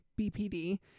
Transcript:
bpd